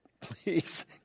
Please